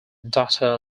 daughter